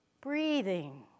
breathing